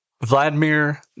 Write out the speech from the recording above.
Vladimir